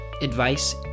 advice